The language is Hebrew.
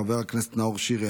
חבר הכנסת נאור שירי,